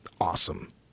awesome